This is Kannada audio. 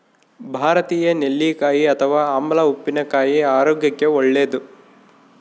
ಭಾರತೀಯ ನೆಲ್ಲಿಕಾಯಿ ಅಥವಾ ಆಮ್ಲ ಉಪ್ಪಿನಕಾಯಿ ಆರೋಗ್ಯಕ್ಕೆ ಒಳ್ಳೇದು